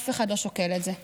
אף אחד לא שוקל את זה.